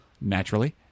naturally